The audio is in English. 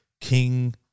King